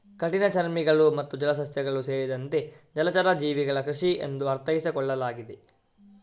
ಕಠಿಣಚರ್ಮಿಗಳು ಮತ್ತು ಜಲಸಸ್ಯಗಳು ಸೇರಿದಂತೆ ಜಲಚರ ಜೀವಿಗಳ ಕೃಷಿ ಎಂದು ಅರ್ಥೈಸಿಕೊಳ್ಳಲಾಗಿದೆ